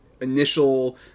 initial